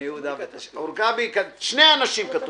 שני אנשים: